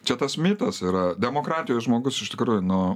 čia tas mitas yra demokratijoj žmogus iš tikrųjų nu